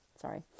sorry